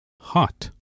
hot